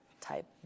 type